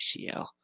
ACL